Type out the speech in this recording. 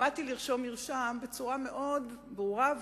למדתי לרשום מרשם בצורה מאוד ברורה.